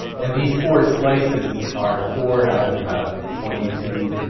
and these four slices are four out of about twenty two